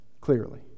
clearly